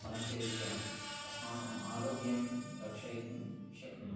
संसेव्य अस्माकम् आरोग्यं रक्षयितुं शक्नुमः